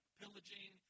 pillaging